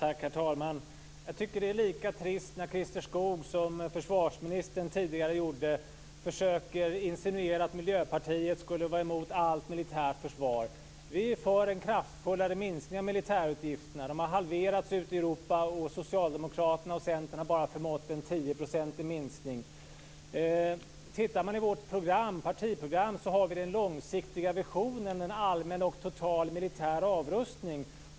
Herr talman! Det är trist när Christer Skoog, liksom försvarsministern tidigare gjorde, försöker insinuera att Miljöpartiet skulle vara emot allt militärt försvar. Vi är för en kraftfullare minskning av militärutgifterna. De har halverats ute i Europa, och Socialdemokraterna och Centern har bara förmått åstadkomma en 10-procentig minskning. Vi har i vårt partiprogram den långsiktiga visionen om en allmän och total militär avrustning.